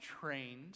trained